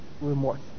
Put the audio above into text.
remorse